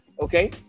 Okay